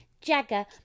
Jagger